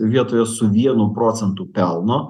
vietoje su vienu procentu pelno